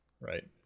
Right